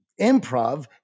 improv